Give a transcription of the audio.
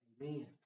amen